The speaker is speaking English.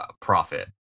profit